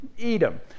Edom